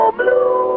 blue